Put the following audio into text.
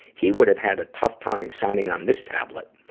he would have had a tough time signing on this tablet.